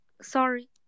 sorry